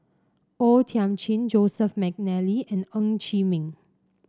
O Thiam Chin Joseph McNally and Ng Chee Meng